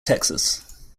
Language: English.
texas